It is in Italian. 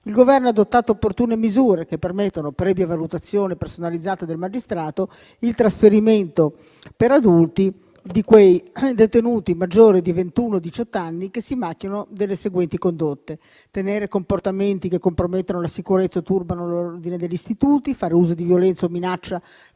il Governo ha adottato opportune misure che permettono, previa valutazione personalizzata del magistrato, il trasferimento per adulti di quei detenuti maggiori di ventuno-diciotto anni che si macchiano delle seguenti condotte: tenere comportamenti che compromettono la sicurezza o turbano l'ordine degli istituti; fare uso di violenza o minaccia